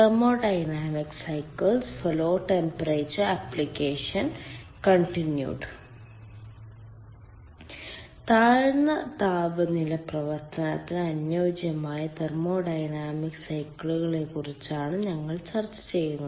താഴ്ന്ന താപനില പ്രവർത്തനത്തിന് അനുയോജ്യമായ തെർമോഡൈനാമിക് സൈക്കിളുകളെക്കുറിച്ചാണ് ഞങ്ങൾ ചർച്ച ചെയ്യുന്നത്